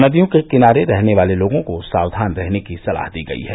नदियों के किनारे रहने वाले लोगों को सावधान रहने की सलाह दी गई है